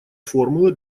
формулы